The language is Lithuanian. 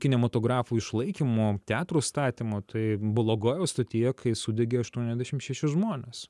kinematografų išlaikymo teatrų statymo tai blogojaus stotyje kai sudegė aštuoniasdešim šeši žmonės